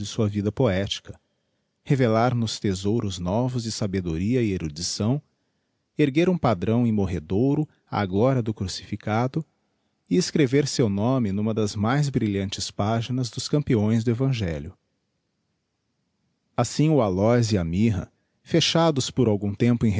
sua vida poética revelar nos thesouros novos de sabedoria e erudição erguer um padrão immorredouro á gloria do crucificado e escrever seu nome numa das mais brilhantes paginas dos campeões do evangelho assim o áloes e a myrrha fechados por algum tempo